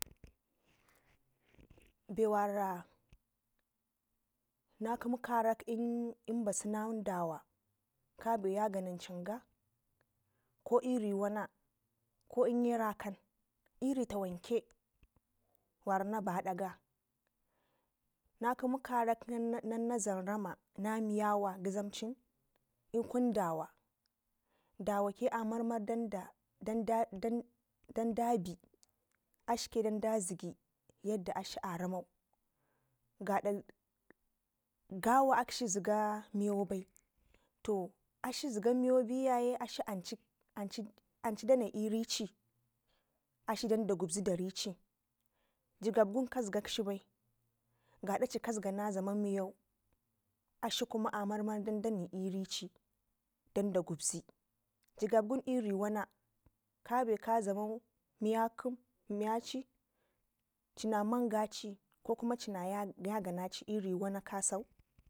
Bewana nakɘmu karak nan dawa kabe yaganaucin ga ko iri wana ko inye ra kan iri tawankɘ wara na ba adaga nakɘmu karaknan na dlam rama na mi yawa ngizamcin lkun dawa dawake a marmn dan da dan dabe akshike dan daghi aramau gada gawa akshi ɘiga meyo bai to akshi zɘ ga meyo beyaye akshi anchdanai irici akshi danda gubzi darici jigan wun kazgaga shi wunbai gaadaci kazagana miyau akshi kuma a marmaru dan dani irici danda gubzi jigabwun iri wana abeka dlamau miyaci cina mangaci kokucina ya ganaci iri wana kasau